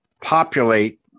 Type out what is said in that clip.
populate